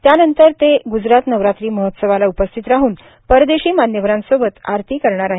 त्यानंतर ते गुजरात नवरात्री महोत्सवाला उपस्थित राहून परदेशी मान्यवरांसोबत आरती करणार आहेत